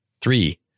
Three